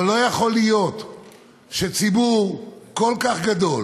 אבל לא יכול להיות שציבור כל כך גדול